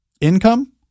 Income